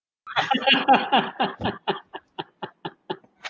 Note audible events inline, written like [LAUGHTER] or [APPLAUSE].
[LAUGHS]